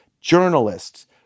journalists